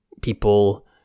people